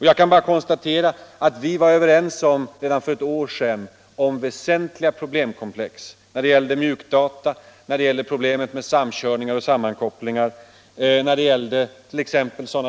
Jag kan bara konstatera att vi redan för ett år sedan var överens i väsentliga problemkomplex: när det gällde mjukdata, när det gällde problemet med samkörningar och sammankopplingar, när det gällde gallringsreglerna.